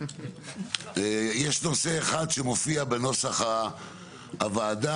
יש נושא אחד שמופיע בנוסח הוועדה,